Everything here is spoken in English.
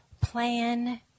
plan